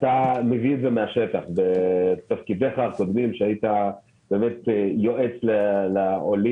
אתה מביא את זה מהשטח בתפקידיך הקודמים עת היית יועץ לעולים